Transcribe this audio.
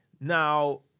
Now